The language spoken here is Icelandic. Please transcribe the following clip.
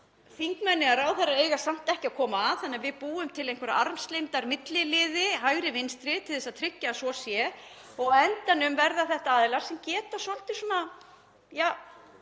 þingmenn eða ráðherrar eiga samt ekki að koma þannig að við búum til einhverja armslengdarmilliliði, hægri vinstri, til að tryggja að svo verði. Á endanum verða þetta aðilar sem geta svolítið gert það